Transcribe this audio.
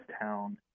town